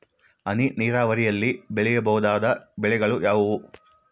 ಹನಿ ನೇರಾವರಿಯಲ್ಲಿ ಬೆಳೆಯಬಹುದಾದ ಬೆಳೆಗಳು ಯಾವುವು?